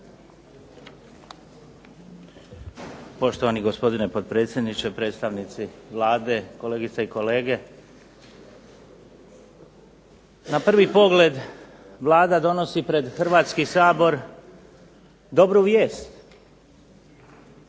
Poštovani gospodine potpredsjedniče, predstavnici Vlade, kolegice i kolege. Na prvi pogled Vlada donosi pred Hrvatski sabor dobru vijest.